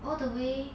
all the way